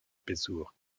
besuch